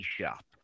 shop